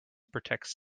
protects